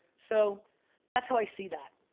so that's how i see that.